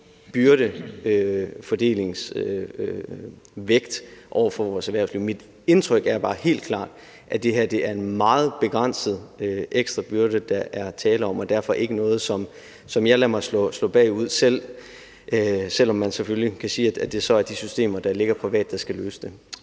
byrde for vores erhvervsliv. Mit indtryk er bare helt klart, at det her er en meget begrænset ekstra byrde, der er tale om, og derfor ikke noget, som jeg lader mig slå ud af, selv om man selvfølgelig kan sige, at det så er de systemer, der ligger privat, der skal løse det.